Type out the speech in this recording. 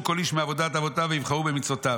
כל איש מעבודת אבותינו ויבחרו במצוותיו.